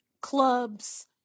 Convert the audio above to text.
clubs